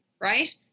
right